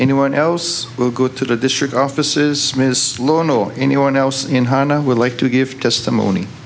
anyone else will go to the district offices anyone else in honda would like to give testimony